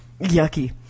Yucky